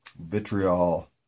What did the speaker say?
vitriol